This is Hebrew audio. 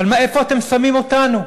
אבל איפה אתם שמים אותנו?